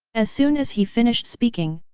as soon as he finished speaking,